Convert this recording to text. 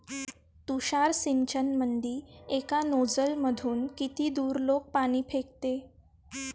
तुषार सिंचनमंदी एका नोजल मधून किती दुरलोक पाणी फेकते?